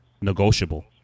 negotiable